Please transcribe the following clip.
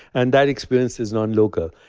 and that experience is not-local.